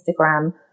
Instagram